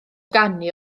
ganu